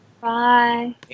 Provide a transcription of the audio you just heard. Bye